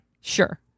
Sure